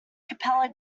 capella